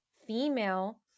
female